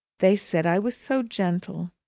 they said i was so gentle,